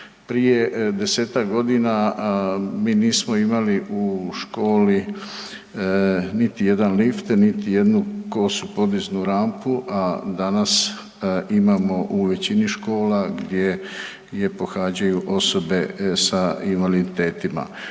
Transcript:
Prije 10-tak godina, mi nismo imali u školi niti jedan lift, niti jednu kosu podiznu rampu, a danas imamo u većini škola gdje je pohađaju osobe s invaliditetima.